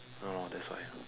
ya lor that's why